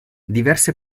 diverse